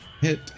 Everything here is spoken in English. Hit